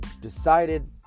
decided